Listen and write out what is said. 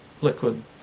liquid